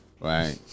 Right